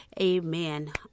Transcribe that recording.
Amen